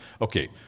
Okay